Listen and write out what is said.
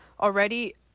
Already